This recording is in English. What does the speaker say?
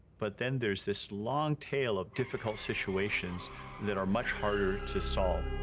but then there's this long tail of difficult situations that are much harder to solve.